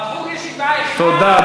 רבותי,